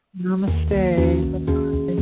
Namaste